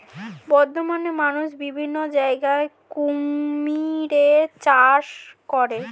বর্তমানে মানুষ বিভিন্ন জায়গায় কুমিরের চাষ করে